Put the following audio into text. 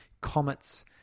comets